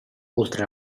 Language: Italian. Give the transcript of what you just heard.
oltre